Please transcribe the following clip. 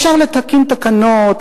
אפשר להתקין תקנות,